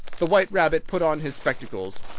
the white rabbit put on his spectacles.